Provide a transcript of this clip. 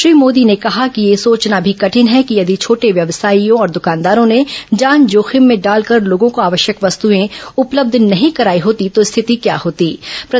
श्री मोदी ने कहा कि यह सोचना भी कठिन है कि यदि छोटे व्यवसायियों और द्कानदारों ने जान जोखिम में डालकर लोगों को आवश्यक वस्तुएं उपलब्ध नहीं कराई होती तो स्थिति क्या होतीं